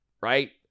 right